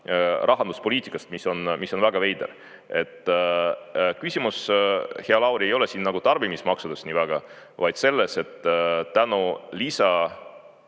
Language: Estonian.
rahanduspoliitikast, mis on väga veider. Küsimus, hea Lauri, ei ole siin tarbimismaksudest nii väga, vaid selles, et tänu